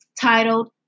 titled